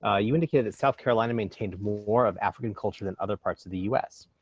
ah you indicated that south carolina maintained more of african culture than other parts of the us.